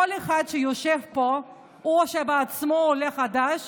כל אחד שיושב פה הוא עולה חדש